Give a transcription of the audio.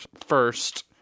first